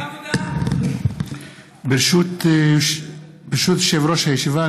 ברשות יושב-ראש הישיבה,